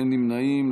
אין נמנעים.